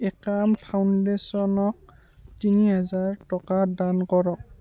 একাম ফাউণ্ডেচনক তিনিহেজাৰ টকা দান কৰক